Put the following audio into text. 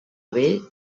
vell